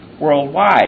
worldwide